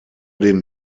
den